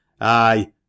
Aye